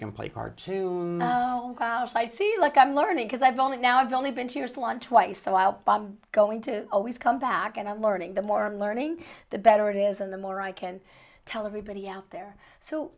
can play hard to see like i'm learning because i've done it now i've only been here salon twice a while going to always come back and i'm learning the more i'm learning the better it is and the more i can tell everybody out there so